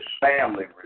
family